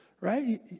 right